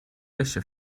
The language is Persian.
بشه